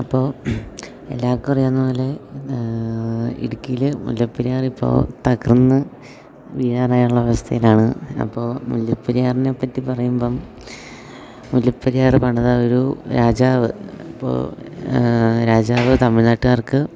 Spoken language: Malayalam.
അപ്പോൾ എല്ലാവർക്കും അറിയാവുന്നത് പോലെ എന്നാ ഇടുക്കീൽ മുല്ലപ്പെരിയാറിപ്പോൾ തകർന്ന് വീഴാറായുള്ള അവസ്ഥയിലാണ് അപ്പോൾ മുല്ലപ്പെരിയാറിനെപ്പറ്റി പറയുമ്പം മുല്ലപ്പെരിയാറ് പണിത ഒരു രാജാവ് ഇപ്പോൾ രാജാവ് തമിഴ്നാട്ട്കാര്ക്ക്